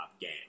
game